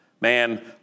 Man